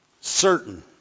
certain